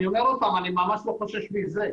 אני אומר עוד פעם, אני ממש לא חושש מזה.